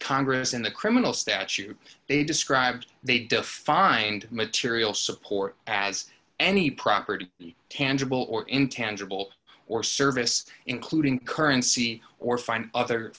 congress in the criminal statute they described they defined material support as any property tangible or intangible or service including currency or find other